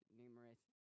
numerous